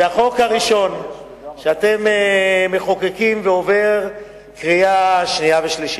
זה החוק הראשון שאתם מחוקקים ועובר קריאה שנייה ושלישית.